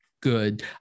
good